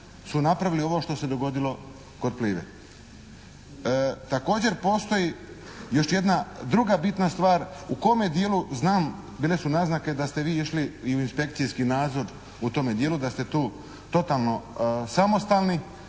su napravili ovo što se dogodilo kod "Plive". Također postoji još jedna druga bitna stvar u kome djelu znam, bile su naznake da ste vi išli i u inspekcijski nadzor u tome djelu, da ste tu totalno samostalni